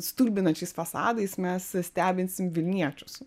stulbinančiais fasadais mes stebinsim vilniečius